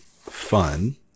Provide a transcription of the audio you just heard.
fun